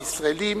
הישראלים,